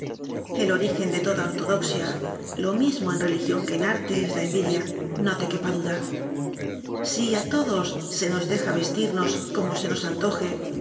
el origen de toda ortodoxia lo mismo en religión que en arte es la envidia no te quepa duda si a todos se nos deja vestirnos como se nos antoje